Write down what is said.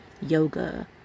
Yoga